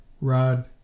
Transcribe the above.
Rod